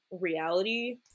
reality